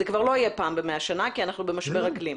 אבל זה כבר לא יהיה פעם ב-100 שנים כי אנחנו במשבר אקלים.